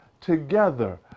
together